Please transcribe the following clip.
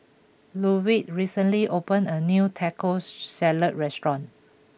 Ludwig recently opened a new Tacos Salad restaurant